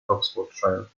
oxfordshire